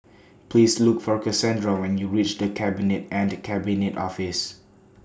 Please Look For Casandra when YOU REACH The Cabinet and The Cabinet Office